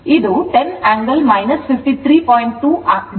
ಆದ್ದರಿಂದ ಇದು 10 angle 53